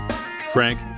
Frank